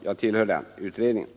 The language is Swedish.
— jag tillhör ju utredningen.